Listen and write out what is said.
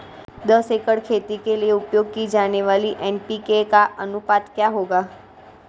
दस एकड़ खेती के लिए उपयोग की जाने वाली एन.पी.के का अनुपात क्या होगा?